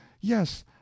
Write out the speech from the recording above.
Yes